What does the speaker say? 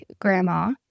grandma